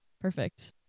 perfect